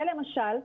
זה למשל,